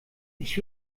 ich